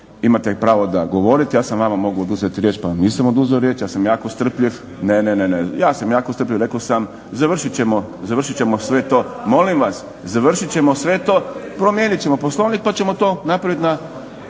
imate pravo da govorite. Ja sam vama mogao oduzeti riječ pa vam nisam oduzeo riječ, ja sam jako strpljiv. Ne, ne, ja sam jako strpljiv. Rekao sam završit ćemo sve to. … /Upadica se ne razumije./… Molim vas, završit ćemo sve to, promijenit ćemo Poslovnik pa ćemo to napraviti na